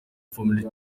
family